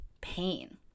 pain